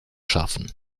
schaffen